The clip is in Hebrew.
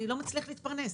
אני לא מצליח להתפרנס,